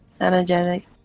Energetic